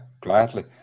gladly